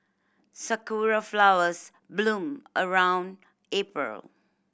sakura flowers bloom around April